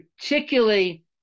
particularly